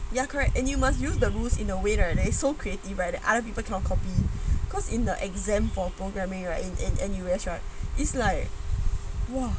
ya correct and you must use the rules in a way right that is so creative right that other people because in the exam for programming right err in in N_U_S right is like !wah!